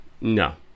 No